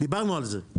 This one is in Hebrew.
דיברנו על זה.